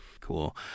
Cool